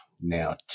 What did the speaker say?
Now